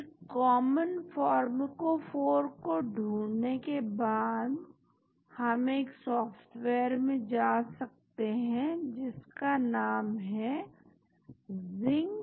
फिर common pharmacophore को ढूंढने के बाद हम एक सॉफ्टवेयर में जा सकते हैं जिसका नाम है ZINCPharmer